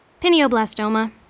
Pineoblastoma